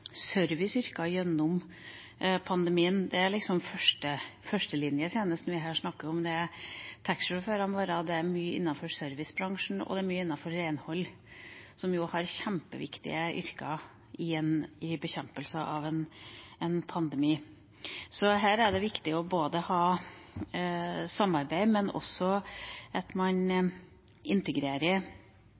serviceyrker gjennom pandemien. Det er jo førstelinjetjenesten vi her snakker om – taxisjåførene våre, servicebransjen og renhold. Det er kjempeviktige yrker i bekjempelsen av en pandemi. Så her er det viktig med samarbeid og at det blir integrert i